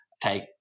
take